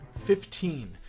Fifteen